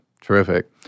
terrific